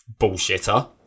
bullshitter